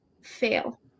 fail